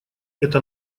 это